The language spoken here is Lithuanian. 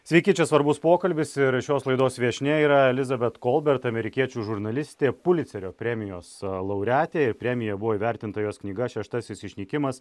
sveiki čia svarbus pokalbis ir šios laidos viešnia yra elizabet kolbert amerikiečių žurnalistė pulicerio premijos laureatė ir premija buvo įvertinta jos knyga šeštasis išnykimas